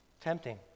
tempting